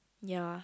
ya